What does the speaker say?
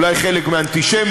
אולי חלק מהאנטישמיות,